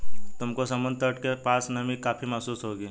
तुमको समुद्र के तट के पास नमी काफी महसूस होगी